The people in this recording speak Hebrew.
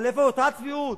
אבל איפה אותה צביעות?